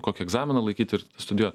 kokį egzaminą laikyt ir studijuot